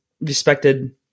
respected